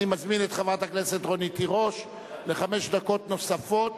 אני מזמין את חברת הכנסת רונית תירוש לחמש דקות נוספות,